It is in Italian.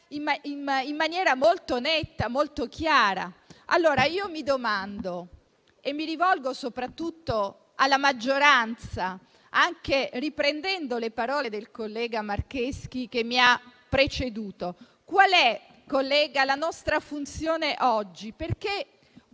in maniera molto netta e molto chiara. Dunque mi domando, rivolgendomi soprattutto alla maggioranza, anche riprendendo le parole del collega Marcheschi, che mi ha preceduto: qual è, collega, la nostra funzione oggi? Perché